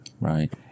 Right